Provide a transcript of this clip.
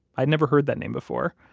i'd never heard that name before,